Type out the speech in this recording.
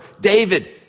David